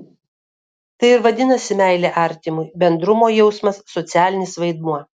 tai ir vadinasi meilė artimui bendrumo jausmas socialinis vaidmuo